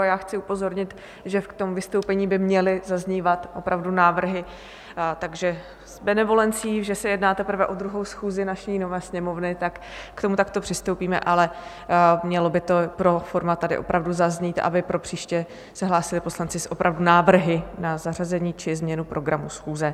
A já chci upozornit, že ve vystoupení by měly zaznívat opravdu návrhy, takže s benevolencí, že se jedná teprve o 2 schůzi naší nové Sněmovny, k tomu takto přistoupíme, ale mělo by to pro forma tady opravdu zaznít, aby pro příště se hlásili poslanci opravdu s návrhy na zařazení či změnu programu schůze.